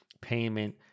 payment